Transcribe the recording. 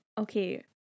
okay